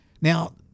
Now